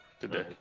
today